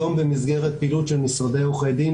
היום במסגרת פעילות של משרדי עורכי דין,